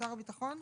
שר הביטחון?